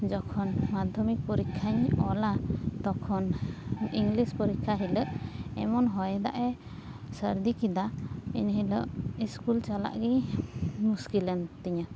ᱡᱚᱠᱷᱚᱱ ᱢᱟᱫᱽᱫᱷᱚᱢᱤᱠ ᱯᱚᱨᱤᱠᱷᱟᱧ ᱚᱞᱟ ᱛᱚᱠᱷᱚᱱ ᱤᱝᱞᱤᱥ ᱯᱚᱨᱤᱠᱷᱟ ᱦᱤᱞᱳᱜ ᱮᱢᱚᱱ ᱦᱚᱭᱫᱟᱜ ᱮ ᱥᱟᱹᱨᱫᱤ ᱠᱮᱫᱟ ᱮᱱᱦᱤᱞᱳᱜ ᱤᱥᱠᱩᱞ ᱪᱟᱞᱟᱜ ᱜᱤ ᱢᱩᱥᱠᱤᱞᱮᱱ ᱛᱤᱧᱟᱹ